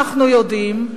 אנחנו יודעים,